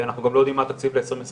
אנחנו גם לא יודעים מה התקציב ל-2021.